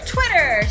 Twitter